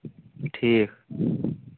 ٹھیٖک